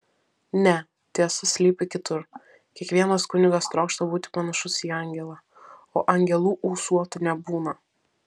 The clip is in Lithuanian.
ne tiesa slypi kitur kiekvienas kunigas trokšta būti panašus į angelą o angelų ūsuotų nebūna